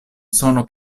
sono